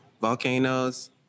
volcanoes